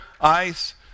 ice